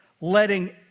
Letting